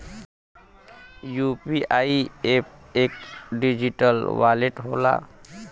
UPI app एक digital wallet होला